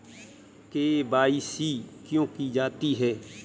KYC क्यों की जाती है?